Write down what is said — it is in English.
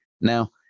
Now